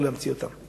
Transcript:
צריך להמציא אותם.